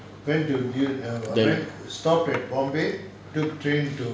delhi